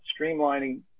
streamlining